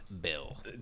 bill